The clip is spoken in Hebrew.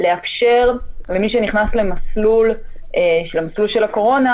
לאפשר למי שנכנס למסלול של הקורונה